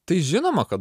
tai žinoma kad